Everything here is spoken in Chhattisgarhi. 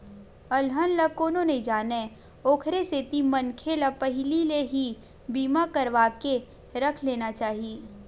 अलहन ला कोनो नइ जानय ओखरे सेती मनखे ल पहिली ले ही बीमा करवाके रख लेना चाही